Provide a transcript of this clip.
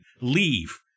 Leave